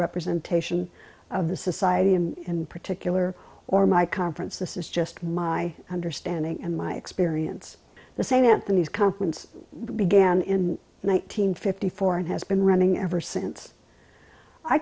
representation of the society and particular or my conference this is just my understanding and my experience the same event the news conference began in one nine hundred fifty four and has been running ever since i